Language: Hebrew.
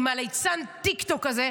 עם ליצן הטיקטוק הזה,